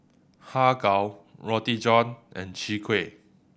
Har Kow Roti John and Chwee Kueh